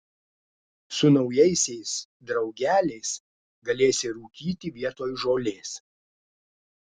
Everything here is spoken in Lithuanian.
su naujaisiais draugeliais galėsi rūkyti vietoj žolės